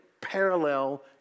parallel